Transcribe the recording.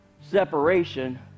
separation